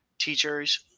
teachers